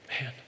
Man